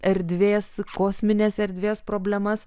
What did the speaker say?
erdvės kosminės erdvės problemas